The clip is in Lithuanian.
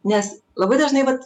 nes labai dažnai vat